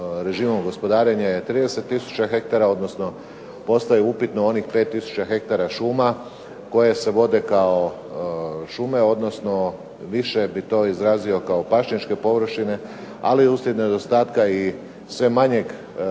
režimom gospodarenja je 30 tisuća hektara, odnosno postaje upitno onih 5 tisuća hektara šuma koje se vode kao šume, odnosno više bi to izrazio kao pašnjačke površine, ali uslijed nedostatka i sve manjeg